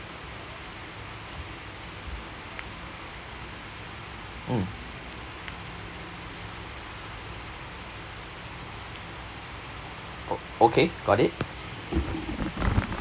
hmm oh okay got it